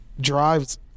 drives